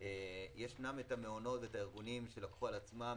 ישנם המעונות והארגונים שלקחו את זה על עצמם.